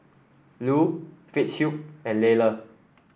Lew Fitzhugh and Lela